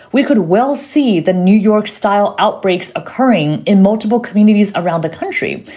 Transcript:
we could well see the new york style outbreaks occurring in multiple communities around the country.